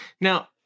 Now